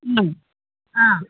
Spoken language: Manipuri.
ꯎꯝ ꯑꯥ